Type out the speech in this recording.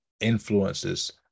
influences